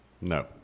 No